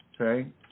Okay